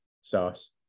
sauce